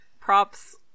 props